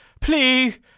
please-